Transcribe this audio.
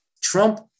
Trump